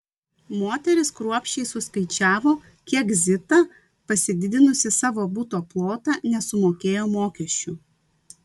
moterys kruopščiai suskaičiavo kiek zita pasididinusi savo buto plotą nesumokėjo mokesčių